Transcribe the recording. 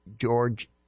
George